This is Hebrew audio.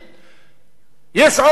יש עומק מצוקה אחר.